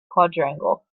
quadrangle